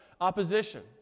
opposition